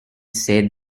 said